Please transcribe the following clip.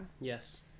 yes